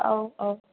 औ औ